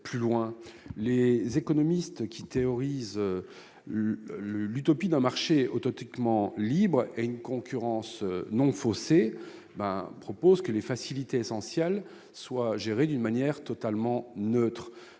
Les économistes qui théorisent l'utopie d'un marché authentiquement libre et d'une concurrence non faussée proposent en effet que les facilités essentielles soient gérées d'une manière totalement neutre.